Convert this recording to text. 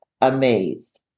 amazed